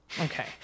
Okay